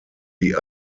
die